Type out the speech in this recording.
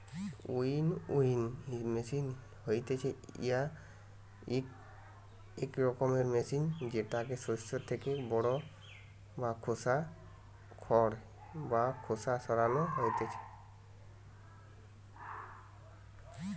winnowing machine হতিছে ইক রকমের মেশিন জেতাতে শস্য থেকে খড় বা খোসা সরানো হতিছে